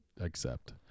accept